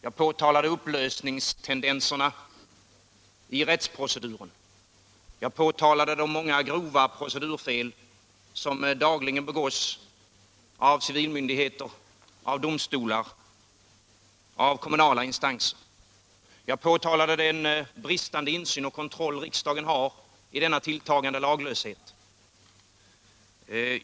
Jag påtalade upplösningstendenserna i rättsproceduren. Jag påtalade de många grova procedurfel som dagligen begås av civilmyndigheter, domstolar och kommunala instanser. Jag påtalade den bristande insyn och kontroll som riksdagen har i denna tilltagande laglöshet.